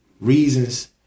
reasons